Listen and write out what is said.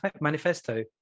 Manifesto